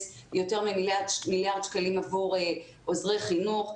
יותר ממיליארד שקלים עבור עוזרי חינוך,